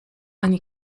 ani